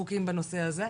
חוקים בנושא הזה.